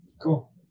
Cool